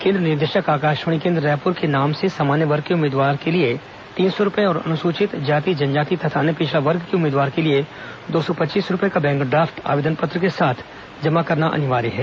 केन्द्र निदेशक आकाशवाणी केन्द्र रायपुर के नाम से सामान्य वर्ग के उम्मीदवार के लिए तीन सौ रूपए और अनुसूचित जाति जनजाति तथा अन्य पिछड़ा वर्ग के उम्मीदवार के लिए दो सौ पच्चीस रूपये का बैंक ड्राफ्ट आवेदन पत्र के साथ जमा करना अनिवार्य है